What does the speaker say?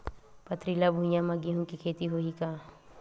पथरिला भुइयां म गेहूं के खेती होही का?